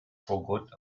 forgot